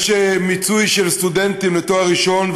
יש מיצוי של סטודנטים לתואר ראשון,